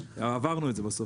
עברנו את זה בסוף.